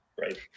Right